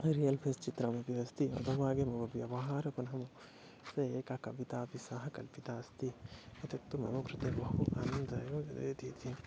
real पेस् चित्रमपि अस्ति अधः भागे भवति व्यवहारं पुनहं ते क कवितापि सह कल्पिता अस्ति एतत्तु मम कृते बहु आनन्दम् एव ददाति इति